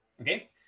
okay